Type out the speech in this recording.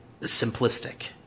simplistic